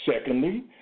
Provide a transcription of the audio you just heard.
Secondly